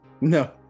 No